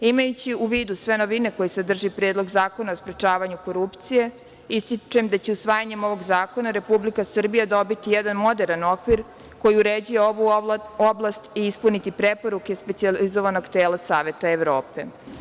Imajući u vidu sve novine koje sadrži Predlog zakona o sprečavanju korupcije, ističem da će usvajanjem ovog zakona Republika Srbija dobiti jedan moderan okvir koji uređuje ovu oblasti i ispuniti preporuke specijalizovanog tela Saveta Evrope.